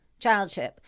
childship